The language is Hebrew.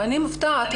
אני מופתעת.